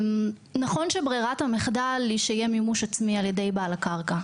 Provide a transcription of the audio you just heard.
נכון שברירת המחדל היא שיהיה מימוש עצמי על ידי בעל הקרקע.